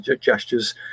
gestures